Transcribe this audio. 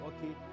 Okay